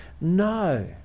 no